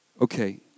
Okay